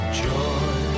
joy